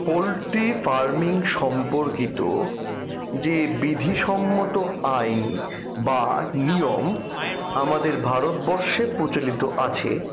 poultry farming সম্পর্কিত যে বিধিসম্মত আইন বা নিয়ম আমাদের ভারতবর্ষে প্রচলিত আছে